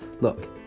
Look